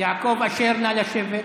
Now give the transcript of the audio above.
יעקב אשר, נא לשבת.